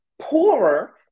poorer